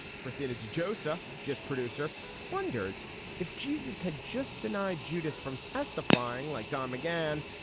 christina josiah, just producer wonders if jesus had just denied judas from testifying like don mcgann.